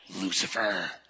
Lucifer